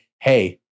hey